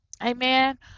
amen